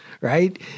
right